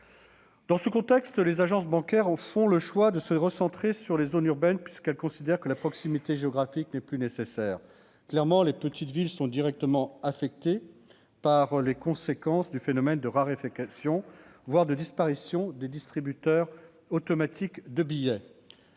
Dans ce contexte, les agences bancaires font le choix de se recentrer sur les zones urbaines, puisqu'elles considèrent que la proximité géographique n'est plus nécessaire. Clairement, les petites villes sont directement affectées par les conséquences du phénomène de raréfaction, voire de disparition des distributeurs automatiques de billets.